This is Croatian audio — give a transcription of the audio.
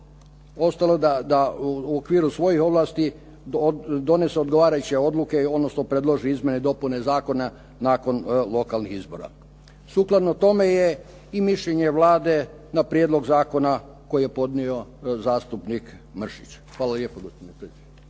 ostalo da u okviru svojih ovlasti donese odgovarajuće odluke, odnosno predloži izmjene i dopune zakona nakon lokalnih izbora. Sukladno tome je i mišljenje Vlade na prijedlog zakona koji je podnio zastupnik Mršić. Hvala lijepo gospodine